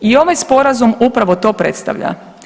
I ovaj Sporazum upravo to predstavlja.